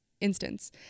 instance